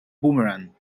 boomerang